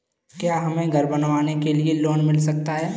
क्या हमें घर बनवाने के लिए लोन मिल सकता है?